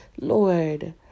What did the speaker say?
Lord